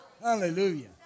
Hallelujah